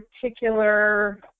particular –